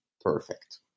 perfect